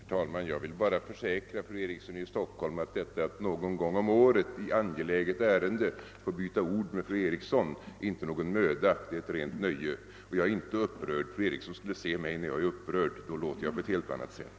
Herr talman! Jag vill bara försäkra fru Eriksson i Stockholm att detta att någon gång om året i angeläget ärende få byta ord med fru Eriksson inte innebär någon möda, det är ett rent nöje. Och jag är inte upprörd. Fru Eriksson skulle se mig när jag är upprörd. Då låter jag på helt annat sätt.